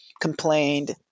complained